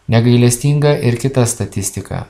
negailestinga ir kita statistika